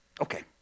Okay